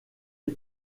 est